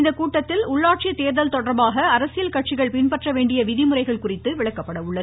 இக்கூட்டத்தில் உள்ளாட்சி தேர்தல் தொடர்பாக அரசியல் கட்சிகள் பின்பற்ற வேண்டிய விதிமுறைகள் குறித்து விளக்கப்பட உள்ளது